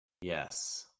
Yes